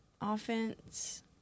Offense